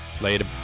Later